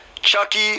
Chucky